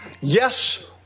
Yes